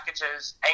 packages